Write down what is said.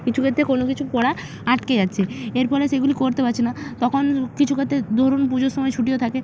কিছু ক্ষেত্রে কোনো কিছু পড়া আটকে যাচ্ছে এর ফলে সেগুলি করতে পারছি না তখন কিছু ক্ষেত্রে ধরুন পুজোর সময় ছুটিতে থাকি